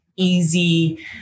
easy